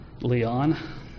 Leon